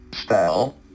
Spell